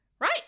right